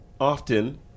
often